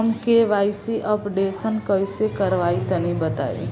हम KYC updation कइसे करवाई तनि बताई?